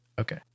Okay